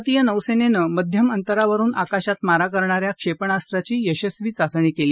भारतीय नौसेनेन मध्यम अंतरावरून आकाशात मारा करण्याऱ्या क्षेपणास्त्राची यशस्वी चाचणी केली